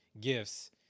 gifts